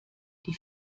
die